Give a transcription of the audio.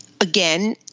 Again